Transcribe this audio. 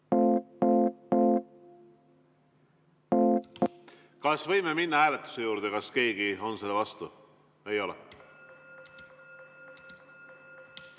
Kas võime minna hääletuse juurde? Kas keegi on selle vastu? Ei ole.